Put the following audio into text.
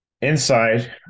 Inside